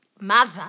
mother